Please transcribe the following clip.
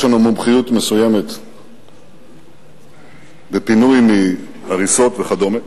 יש לנו מומחיות מסוימת בפינוי מהריסות וכדומה.